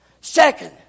Second